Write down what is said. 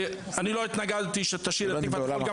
אני לא התנגדתי שתשיר התקווה,